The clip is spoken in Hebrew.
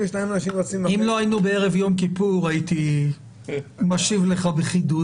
אם לא היינו בערב יום כיפור הייתי משיב לך בחידוד,